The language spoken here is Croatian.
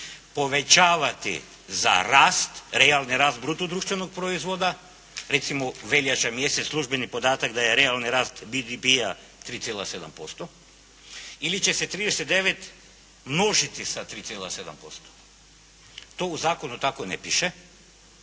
povećavati za rast realni rast bruto društvenog proizvoda, recimo veljača, službeni podatak da je realni rast BDP-a 3,7% ili će se 39, množiti sa 3,7%. To u zakonu tako ne piše.